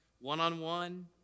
one-on-one